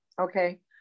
okay